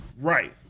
Right